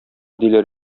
диләр